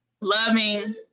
loving